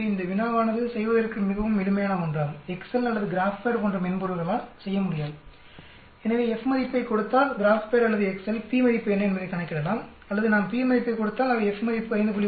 எனவே இந்த வினாவானது செய்வதற்கு மிகவும் எளிமையான ஒன்றாகும் எக்செல் அல்லது கிராப்பேட் போன்ற மென்பொருள்களால் செய்ய முடியாது நீங்கள் F மதிப்பைக் கொடுத்தால் கிராப்பேட் அல்லது எக்செல் p மதிப்பு என்ன என்பதைக் கணக்கிடலாம் அல்லது நாம் p மதிப்பைக் கொடுத்தால் அவை F மதிப்பு 5